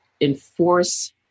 enforce